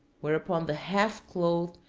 whereupon the half-clothed,